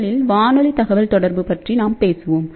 முதலில்ஒரு வானொலி தகவல்தொடர்பு பற்றிநாம் பேசுவோம்